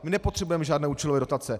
My nepotřebujeme žádné účelové dotace.